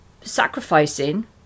sacrificing